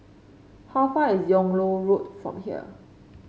how far is Yung Loh Road from here